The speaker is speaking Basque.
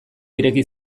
ireki